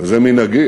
וזה מנהגי,